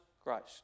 Christ